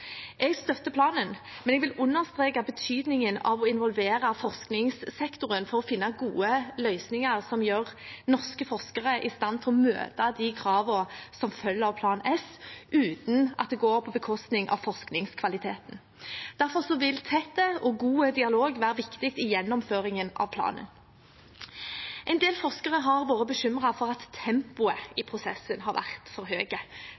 Jeg støtter planen, men jeg vil understreke betydningen av å involvere forskningssektoren for å finne gode løsninger som gjør norske forskere i stand til å møte de kravene som følger av Plan S, uten at det går på bekostning av forskningskvaliteten. Derfor vil tett og god dialog være viktig i gjennomføringen av planen. En del forskere har vært bekymret for at tempoet i prosessen har vært for